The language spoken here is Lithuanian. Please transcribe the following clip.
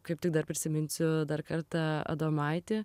kaip tik dar prisiminsiu dar kartą adomaitį